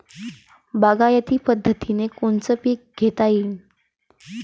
बागायती पद्धतीनं कोनचे पीक घेता येईन?